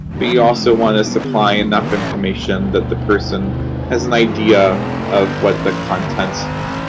but you also want to supply enough information that the person has an idea of what the content,